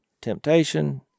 temptation